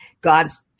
God's